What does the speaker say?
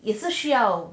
也是需要